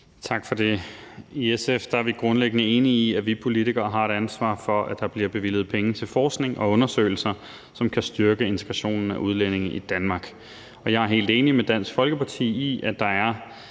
Tak for det. I SF er vi grundlæggende enige i, at vi politikere har et ansvar for, at der bliver bevilget penge til forskning og undersøgelser, som kan styrke integrationen af udlændinge i Danmark. Og jeg er helt enig med Dansk Folkeparti i, at der er